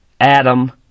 Adam